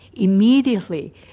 immediately